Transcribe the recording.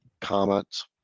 comments